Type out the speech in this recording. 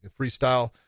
freestyle